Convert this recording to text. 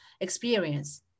experience